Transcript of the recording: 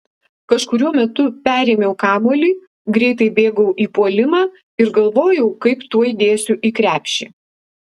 kažkuriuo metu perėmiau kamuolį greitai bėgau į puolimą ir galvojau kaip tuoj dėsiu į krepšį